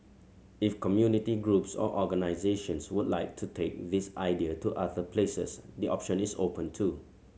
if community groups or organisations would like to take this idea to other places the option is open too